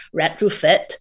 retrofit